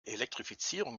elektrifizierung